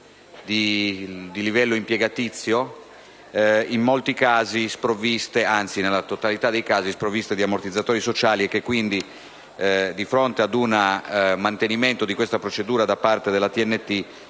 di livello impiegatizio, nella totalità dei casi sprovviste di ammortizzatori sociali e che quindi, di fronte ad un mantenimento di questa procedura da parte della TNT,